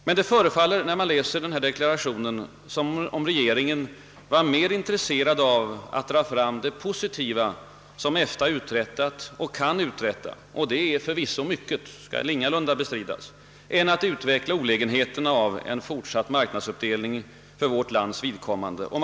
Men det förefaller, när man läser denna deklaration, som om regeringen vore mer intresserad av att dra fram det positiva som EFTA uträttat och kan uträtta — det är förvisso mycket än att utveckla olägenheterna för vårt lands vidkommande av en fortsatt marknadsuppdelning.